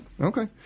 Okay